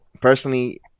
personally